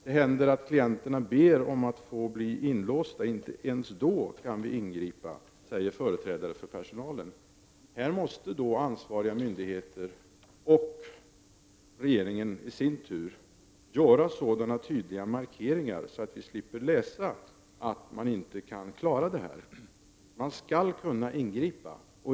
Det händer att klienterna ber om att få bli inlåsta, och inte ens då kan vi ingripa, säger företrädare för personalen. Här måste ansvariga myndigheter och regeringen göra så tydliga markeringar att vi slipper läsa att personalen inte kan klara situationen. Man skall kunna ingripa.